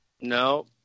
No